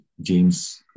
James